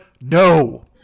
no